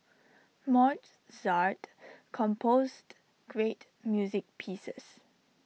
Mozart composed great music pieces